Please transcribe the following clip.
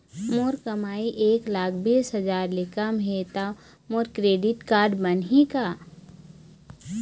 मोर कमाई एक लाख बीस हजार ले कम हे त मोर क्रेडिट कारड बनही का?